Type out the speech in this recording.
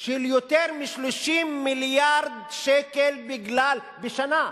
של יותר מ-30 מיליארד שקל בשנה,